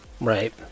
Right